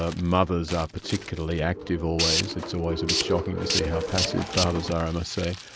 ah mothers are particularly active always, it's always a bit shocking to see how passive fathers are, i must say.